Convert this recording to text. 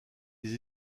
des